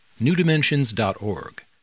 newdimensions.org